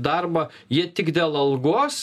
darbą jie tik dėl algos